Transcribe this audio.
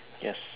yes